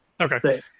Okay